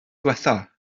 ddiwethaf